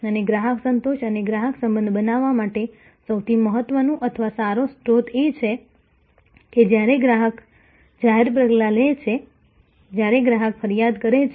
અને ગ્રાહક સંતોષ અને ગ્રાહક સંબંધ બનાવવા માટે સૌથી મહત્વનું અથવા સારો સ્ત્રોત એ છે કે જ્યારે ગ્રાહક જાહેર પગલાં લે છે જ્યારે ગ્રાહક ફરિયાદ કરે છે